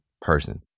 person